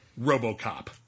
Robocop